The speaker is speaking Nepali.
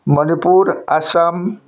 मणिपुर असम